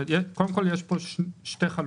יש פה שתי חלופות.